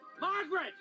Margaret